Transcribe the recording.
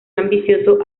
ambicioso